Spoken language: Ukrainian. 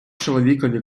чоловікові